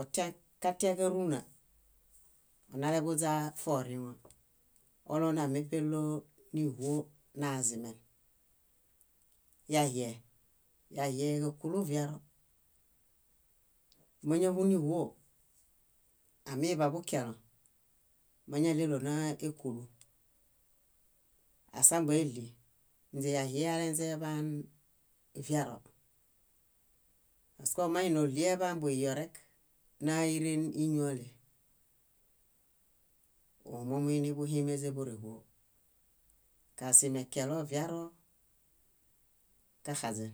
otian kátiaġaruna, onaleḃuźaforiŋo óɭũonameṗeloniĥuo nazimen. Yahie, yahieġákulu viaro. Máñahuniĥuo, amiḃabukiẽlõ máñaɭelonaaekulu, ásambueɭi ínźe yahie alenźeḃaan viaro. Paske ómainioɭieḃabuyiorek náairen íñuale. Omomuinibuhimeźe bóreĥuo, kazimekiẽlõviaro kaxaźen.